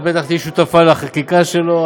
את בטח תהיי שותפה לחקיקה שלו,